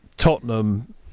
Tottenham